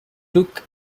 took